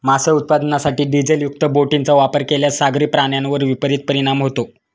मासे उत्पादनासाठी डिझेलयुक्त बोटींचा वापर केल्यास सागरी प्राण्यांवर विपरीत परिणाम होतो